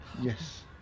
Yes